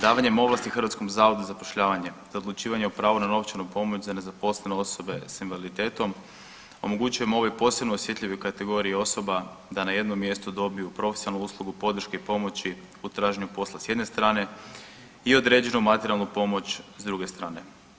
Davanjem ovlasti Hrvatskom zavodu za zapošljavanje za odlučivanje o pravu na novčanu pomoć za nezaposlene osobe sa invaliditetom omogućujemo ovoj posebno osjetljivoj kategoriji osoba da na jednom mjestu dobiju profesionalnu uslugu podrške i pomoći u traženju posla s jedne strane i određenu materijalnu pomoć s druge strane.